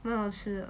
蛮好吃的